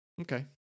Okay